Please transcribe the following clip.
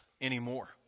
anymore